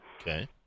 Okay